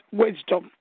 wisdom